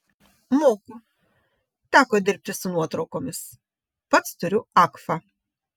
moku teko dirbti su nuotraukomis pats turiu agfa